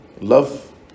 Love